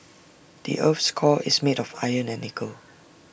the Earth's core is made of iron and nickel